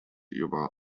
juba